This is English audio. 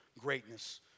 greatness